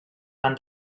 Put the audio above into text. van